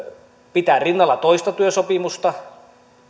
pitää rinnalla toista työsopimusta